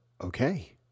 okay